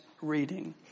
reading